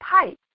pipe